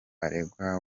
aregwa